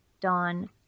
Dawn